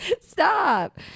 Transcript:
Stop